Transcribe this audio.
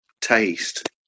taste